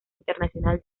internacional